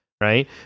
right